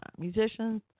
musicians